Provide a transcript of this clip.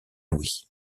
louis